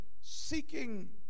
seeking